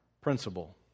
principle